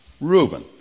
Reuben